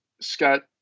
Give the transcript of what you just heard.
Scott